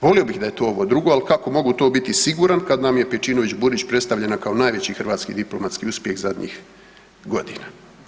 Volio bih da je to ovo drugo, ali kako mogu to biti siguran kad nam je Pejčinović Burić predstavljena kao najveći hrvatski diplomatski uspjeh zadnjih godina.